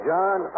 John